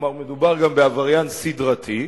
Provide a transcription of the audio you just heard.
כלומר מדובר גם בעבריין סדרתי,